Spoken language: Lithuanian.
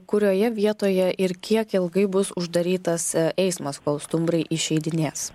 kurioje vietoje ir kiek ilgai bus uždarytas eismas kol stumbrai išeidinės